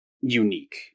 unique